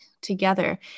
together